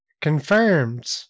Confirmed